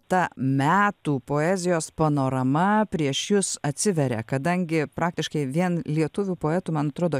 ta metų poezijos panorama prieš jus atsiveria kadangi praktiškai vien lietuvių poetų man atrodo